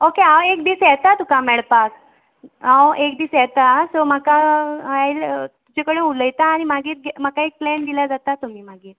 okay हांव एक दीस येता तुका मेळपाक हांव एक दीस येता सो म्हाका आयल तुजे कोडे उलोयता आनी मागीर दी म्हाका एक प्लॅन दिल्या जाता तुमी मागीर